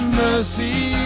mercy